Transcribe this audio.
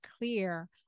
clear